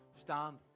stand